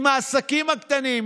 עם העסקים הקטנים,